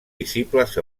visibles